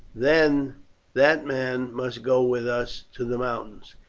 then that man must go with us to the mountains.